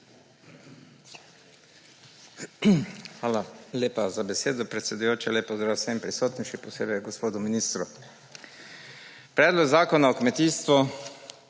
Hvala lepa za besedo, predsedujoča. Lep pozdrav vsem prisotnim, še posebej gospodu ministru! Predlog zakona o kmetijstvu